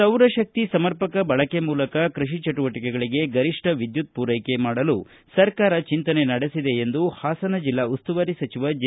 ಸೌರಶಕ್ತಿ ಸಮರ್ಪಕ ಬಳಕೆ ಮೂಲಕ ಕೃಷಿ ಚಟುವಟಕೆಗೆ ಗರಿಷ್ಠ ವಿದ್ಯುತ್ ಪೂರೈಕೆಗೆ ಸರ್ಕಾರ ಚಿಂತನೆ ನಡೆಸಿದೆ ಎಂದು ಹಾಸನ ಜೆಲ್ಲಾ ಉಸ್ತುವಾರಿ ಸಚಿವ ಜೆ